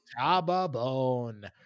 Tababone